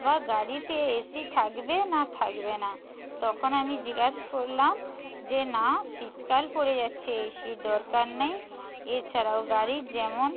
বা গাড়িতে এসি থাকবে না থাকবে না তখন আমি জিজ্ঞাসা করলাম যে না শীতকাল পড়ে যাচ্ছে এসির দরকার নেই এছাড়াও গাড়ি যেমন